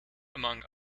among